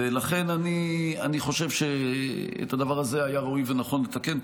לכן אני חושב שאת הדבר הזה היה ראוי ונכון לתקן.